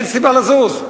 אין סיבה לזוז.